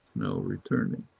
now returning,